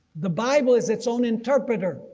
the bible is its own interpreter,